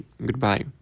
Goodbye